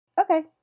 okay